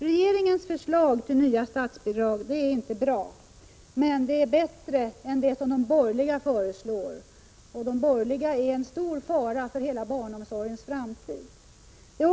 Regeringens förslag till nytt statsbidrag är inte bra, men det är bättre än de borgerligas. De borgerliga är en stor fara för hela barnomsorgens framtid.